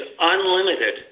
unlimited